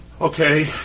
Okay